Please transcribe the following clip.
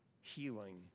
healing